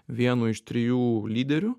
vienu iš trijų lyderių